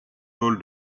paul